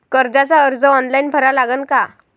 कर्जाचा अर्ज ऑनलाईन भरा लागन का?